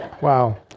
Wow